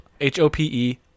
H-O-P-E